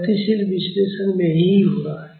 गतिशील विश्लेषण में यही हो रहा है